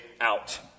out